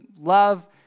love